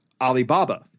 Alibaba